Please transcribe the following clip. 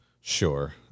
sure